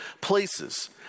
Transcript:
places